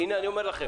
הינה, אני אומר לך.